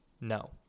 No